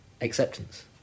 acceptance